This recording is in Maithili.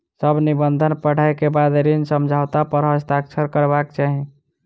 सभ निबंधन पढ़ै के बाद ऋण समझौता पर हस्ताक्षर करबाक चाही